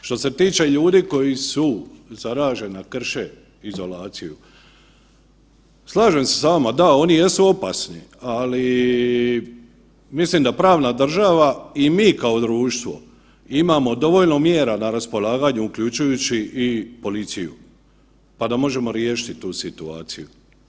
Što se tiče ljudi koji su zaražena krše izolaciju, slažem se sa vama, da oni jesu opasni, ali mislim da pravna država i mi kao društvo imamo dovoljno mjera na raspolaganju uključujući i policiju, pa da možemo riješiti tu situaciju.